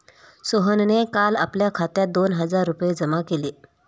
सोहनने काल आपल्या खात्यात दोन हजार रुपये जमा केले